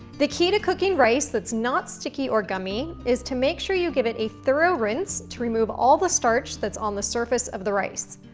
the key to cooking rice that's not sticky or gummy is to make sure you give it a thorough rinse to remove all the starch that's on the surface of the rice.